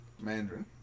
Mandarin